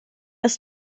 ist